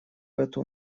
эту